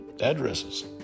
addresses